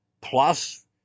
plus